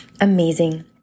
amazing